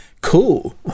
cool